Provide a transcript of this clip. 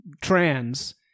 trans